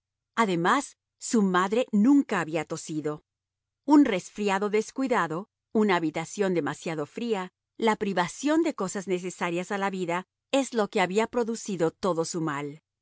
además su madre nunca había tosido un resfriado descuidado una habitación demasiado fría la privación de cosas necesarias a la vida es lo que había producido todo su mal